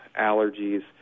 allergies